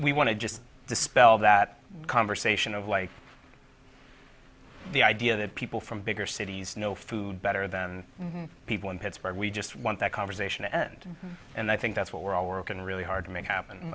we want to just dispel that conversation of like the idea that people from bigger cities know food better than people in pittsburgh we just want that conversation end and i think that's what we're all working really hard to make happen